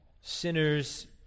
sinners